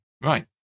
Right